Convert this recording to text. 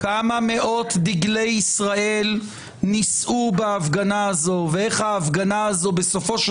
ואני יודע כמה מאות דגלי ישראל נישאו בהפגנה הזו ואיך היא בסופו של